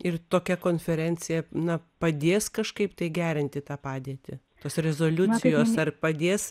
ir tokia konferencija na padės kažkaip tai gerinti tą padėtį tos rezoliucijos ar padės